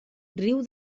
riu